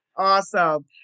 Awesome